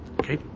Okay